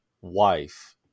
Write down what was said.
wife